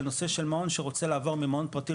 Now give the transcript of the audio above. בנושא של מעון שרוצה לעבור ממעון פרטי,